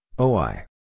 OI